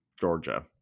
Georgia